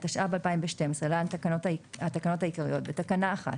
התשע"ב-2012 (להלן התקנות העיקריות), בתקנה 1